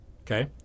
Okay